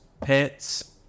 pets